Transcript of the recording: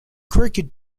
cricket